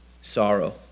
sorrow